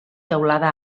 teulada